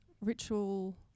ritual